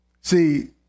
see